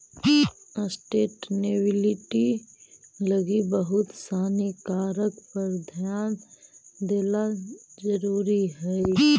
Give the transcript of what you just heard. sustainability लगी बहुत सानी कारक पर ध्यान देला जरुरी हई